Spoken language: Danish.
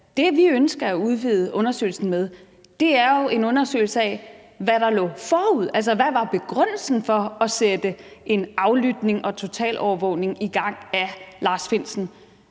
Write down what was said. Det, vi ønsker at udvide undersøgelsen med, er jo en undersøgelse af, hvad der lå forud, altså hvad begrundelsen var for at sætte en aflytning og totalovervågning i gang af Lars Findsen.